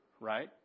right